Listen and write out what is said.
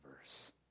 verse